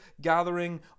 gathering